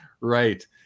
Right